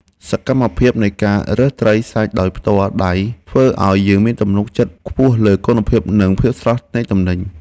សកម្មភាពនៃការរើសត្រីសាច់ដោយផ្ទាល់ដៃធ្វើឱ្យយើងមានទំនុកចិត្តខ្ពស់លើគុណភាពនិងភាពស្រស់នៃទំនិញ។